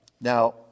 Now